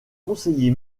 conseiller